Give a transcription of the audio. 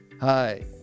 Hi